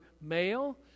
male